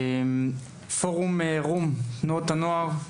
פורום רום, תנועות הנוער.